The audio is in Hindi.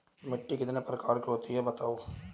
मिट्टी कितने प्रकार की होती हैं बताओ?